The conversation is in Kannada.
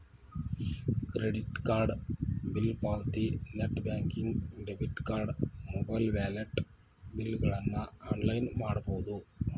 ಕ್ರೆಡಿಟ್ ಕಾರ್ಡ್ ಬಿಲ್ ಪಾವತಿ net banking debit card mobile wallet ಬಿಲ್ಗಳನ್ನ ಆನ್ಲೈನ್ ಮಾಡಬೋದ್